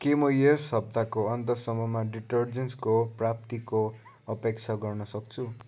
के म यस हप्ताको अन्तसम्ममा डिटरजेन्ट्सको प्राप्तिको अपेक्षा गर्न सक्छु